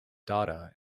data